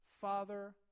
Father